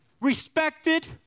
respected